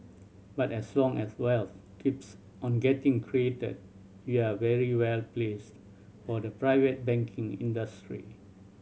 but as long as wealth keeps on getting created we are very well placed for the private banking industry